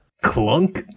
clunk